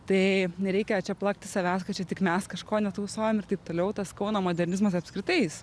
tai nereikia čia plakti savęs ką čia tik mes kažko netausojam ir taip toliau tas kauno modernizmas apskritai jis